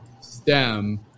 stem